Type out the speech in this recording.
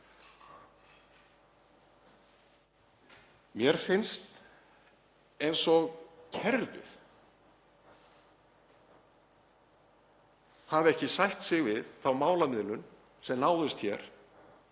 Mér finnst eins og kerfið hafi ekki sætt sig við þá málamiðlun sem náðist,